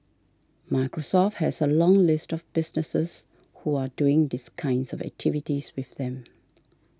Microsoft has a long list of businesses who are doing these kinds of activities with them